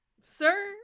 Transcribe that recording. sir